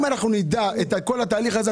אם אנחנו נדע את כל התהליך הזה,